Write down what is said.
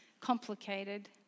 complicated